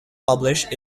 published